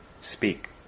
speak